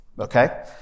Okay